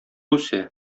үсә